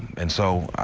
and so i